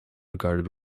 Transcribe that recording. regarded